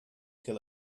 kill